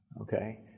okay